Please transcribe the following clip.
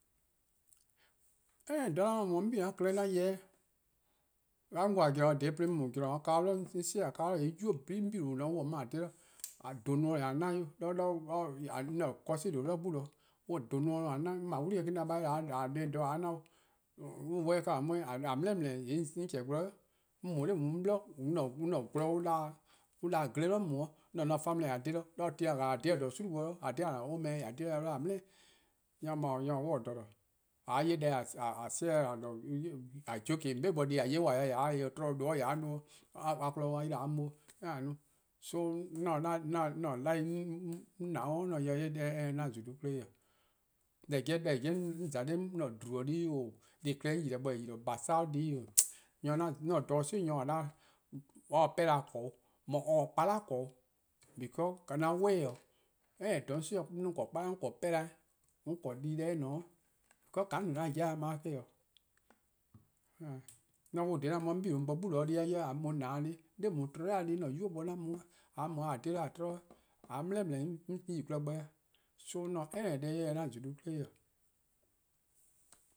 Any :dha 'an mu-a mu-' 'on 'bei'-a klehkpeh 'an yeh-dih-a 'o 'dih, 'on 'wluh :dha :daa 'zorn dhih 'de 'on mu-a kao' 'bli 'de 'on 'si-a 'kao' 'bli dih zorn :dao', :yee' 'nynuu: :nyne-: 'dekorn: 'on 'bei' :on :ne-a 'de :yee' :a 'dhe dih, :a dhen nomor :yee' :a na 'o. 'de 'an cusin :due' 'bli 'gbu. On dhen nomor 'i :a 'na, 'on 'ble 'wli-eh 'de 'da, a 'yle :a 'ye deh dhen :a 'ye na 'o, on welcome 'on 'weh, :a dele: deleeee: :yee' 'on chehn gwlor :dhie', 'on mu 'de 'on 'bli 'an :gwlor an 'da-dih-a' gle 'bli 'on mu 'de, 'on mor-: 'dekorn: 'an family :a :dhe 'dih, 'do :dha :a :dhe-a dih :a :dhe 'o :gwie: 'i dih, :a dhe :a-a' oman, :a dhe or 'de-dih :yee' :a dele. Nyor mor-: nyor-: or se jeh. :mor :a 'ye deh :yee' :a sa-dih-eh yai', :a jokeing :a 'bei' bo, deh+ :a 'ye-a dih :mor :a taa en-' dhih 'tmo, :mor nor :ya 'de nomor, or 'da a kpon-dih 'o a 'yle :a 'ye mu 'o, :kaa :a no. So, 'an 'an life 'on na-a' 'on se deh 'ye eh se 'an zulu 'kle 'ye-dih. deh 'jeh 'on :za-' dha :daa 'on mu-a :dhlubor: deh+-dih 'o-:, deh+ klehkpeh 'on :yi-dih-a bo-dih :eh :yi-dih-a :basa-a' deh+-dih 'o, 'on se dha-dih 'si nyor se 'o or se pehn :kor 'o, mor or se kpala' 'ble 'o, becaues 'an way 'o. Any :dha 'on 'si-a dih 'on 'ble kpala' 'on 'ble 'pehn 'da. 'On 'ble dii-deh eh :ne 'de 'weh, because :ka 'on no-a 'an 'jeh-dih kpon-eh eh 'o. 'An 'wluh dha :dah :daa 'an mu 'de 'on 'bei' 'bli 'gbu+ deh+ dih 'weh, 'an mu :na 'da 'weh 'de tluh-or ken deh+-' 'de 'an 'nynuu' bo 'an mu 'de 'wh :a dhe-dih :a tmo dhih 'weh, :mor :a dele: deleee: :yee' 'on yi gwlor gbor-dih. So 'on se any deh 'ye eh se 'an :zulu 'kle 'ye-dih.